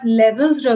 levels